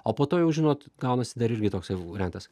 o po to jau žinot gaunasi dar irgi toksai variantas